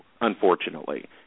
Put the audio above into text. unfortunately